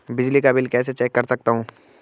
बिजली का बिल कैसे चेक कर सकता हूँ?